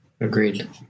Agreed